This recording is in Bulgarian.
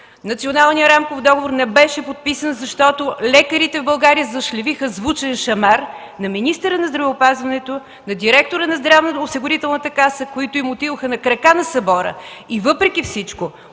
Националният рамков договор не беше подписан, защото лекарите в България зашлевиха звучен шамар на министъра на здравеопазването, на директора на Здравноосигурителната каса, които им отидоха на крака на събора, и въпреки всичко